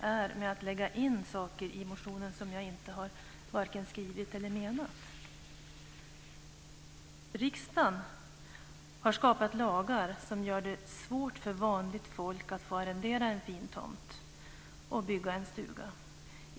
är med att lägga in saker i motionen som jag varken har skrivit eller menat. Riksdagen har skapat lagar som gör det svårt för vanligt folk att få arrendera en fin tomt och bygga en stuga.